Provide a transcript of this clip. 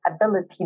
ability